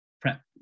prep